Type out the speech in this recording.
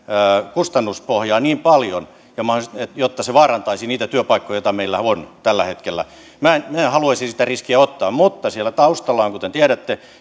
kustannuspohjaa niin paljon että se vaarantaisi niitä työpaikkoja jotka meillä on tällä hetkellä minä en haluaisi sitä riskiä ottaa mutta siellä taustalla on kuten tiedätte